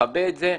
שיכבה את זה.